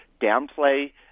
downplay